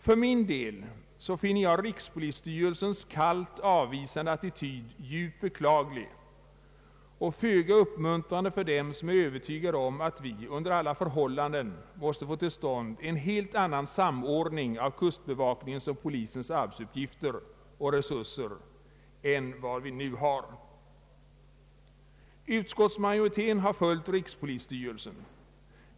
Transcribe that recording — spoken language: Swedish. För min del finner jag rikspolisstyrelsens kallt avvisande attityd djupt beklaglig och föga uppmuntrande för dem som är övertygade om att vi under alla förhållanden måste få till stånd en helt annan samordning av kustbevakningen och polisens arbetsuppgifter och resurser än den vi nu har. Utskottsmajoriteten har följt rikspolisstyrelsen.